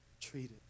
treated